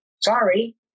Sorry